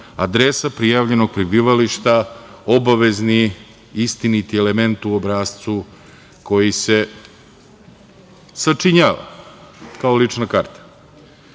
adresa prijavljenog prebivališta obavezni, istiniti element u obrascu koji se sačinjava kao lična karta